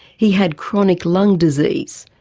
he had chronic lung disease,